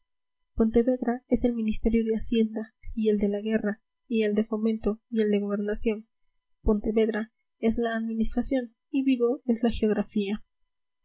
es el ministerio de hacienda y el de la guerra y el de fomento y el de gobernación pontevedra es la administración y vigo es la geografía